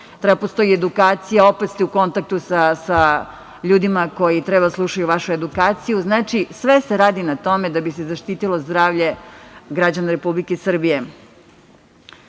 Treba da postoji edukacija, opet ste u kontaktu sa ljudima koji treba da slušaju vašu edukaciju, znači sve se radi na tome da bi se zaštitilo zdravlje građana Republike Srbije. Juče